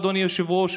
אדוני היושב-ראש,